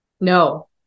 No